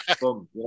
boom